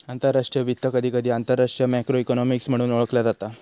आंतरराष्ट्रीय वित्त, कधीकधी आंतरराष्ट्रीय मॅक्रो इकॉनॉमिक्स म्हणून ओळखला जाता